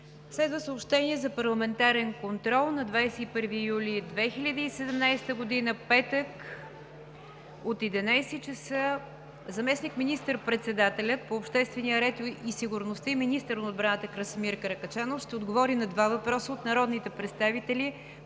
Следват съобщения за Парламентарен контрол на 21 юли 2017 г., петък от 11.00 ч.: 1. Заместник министър-председателят по обществения ред и сигурността и министър на отбраната Красимир Каракачанов ще отговори на два въпроса от народните представители